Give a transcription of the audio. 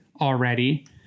already